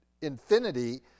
infinity